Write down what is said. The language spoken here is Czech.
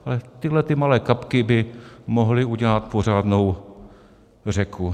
Ale tyhle malé kapky by mohly udělat pořádnou řeku.